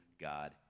God